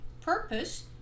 purpose